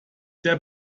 der